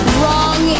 wrong